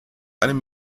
einem